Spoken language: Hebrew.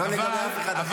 לא לגבי אף אחד אחר.